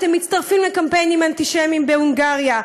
אתם מצטרפים לקמפיינים אנטישמיים בהונגריה,